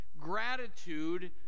gratitude